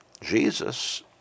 Jesus